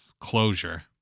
closure